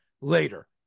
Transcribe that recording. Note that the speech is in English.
later